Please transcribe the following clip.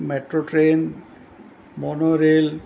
metro train mono rail